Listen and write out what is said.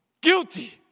guilty